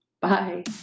Bye